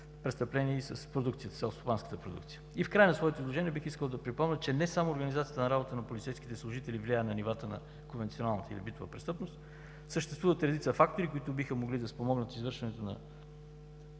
престъпления и със селскостопанската продукция. И в края на своето изложение, бих искал да припомня, че не само организацията на работата на полицейските служители влияе на нивата на конвенционалната или битова престъпност. Съществуват редица фактори, които биха могли да спомогнат за извършването на